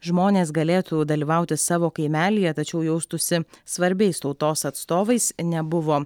žmonės galėtų dalyvauti savo kaimelyje tačiau jaustųsi svarbiais tautos atstovais nebuvo